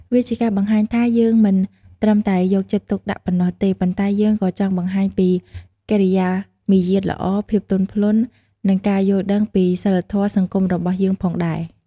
វាជាការបង្ហាញថា យើងមិនត្រឹមតែយកចិត្តទុកដាក់ប៉ុណ្ណោះទេ ប៉ុន្តែយើងក៏ចង់បង្ហាញពីកិរិយាមារយាទល្អ ភាពទន់ភ្លន់ និងការយល់ដឹងពីសីលធម៌សង្គមរបស់យើងផងដែរ។